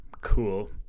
Cool